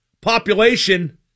population